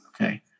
Okay